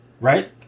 Right